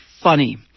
funny